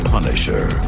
Punisher